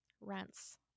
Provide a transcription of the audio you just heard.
rents